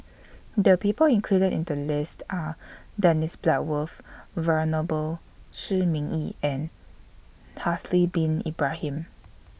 The People included in The list Are Dennis Bloodworth Venerable Shi Ming Yi and Haslir Bin Ibrahim